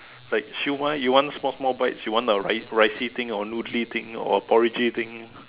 like siew-mai you want small small bites you want the ricey thing or noodly thing or porridgey thing